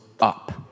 up